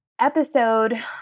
episode